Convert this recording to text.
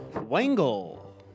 Wangle